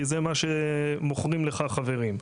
כי זה מה שמוכרים לך החברים.